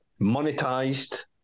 monetized